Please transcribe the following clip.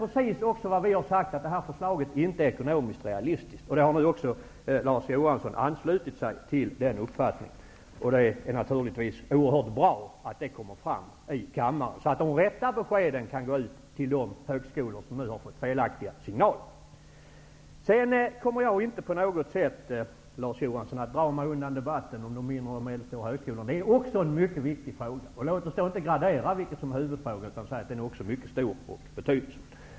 Precis som vi har sagt är förslaget inte ekonomiskt realistiskt. Larz Johansson har anslutit sig till den uppfattningen. Det är naturligtvis oerhört bra att det kommer fram i kammaren, så att riktiga besked kan komma ut till de högskolor som har fått felaktiga signaler. Jag kommer inte på något sätt, Larz Johansson, att dra mig undan debatten om de mindre och medelstora högskolorna. Det är också en mycket viktig fråga. Låt oss inte gradera vilken fråga som skall vara huvudfrågan, utan i stället säga att den också har stor betydelse.